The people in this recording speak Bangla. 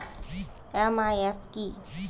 এম.আই.এস কি?